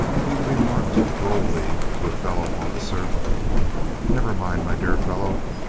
he remarked drolly to a fellow officer never mind, my dear fellow,